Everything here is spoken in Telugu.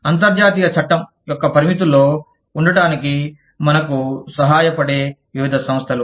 అంతర్జాతీయ చట్టం యొక్క పరిమితుల్లో ఉండటానికి మనకు సహాయపడే వివిధ సంస్థలు